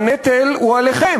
והנטל לקבוע זאת הוא עליכם,